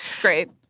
Great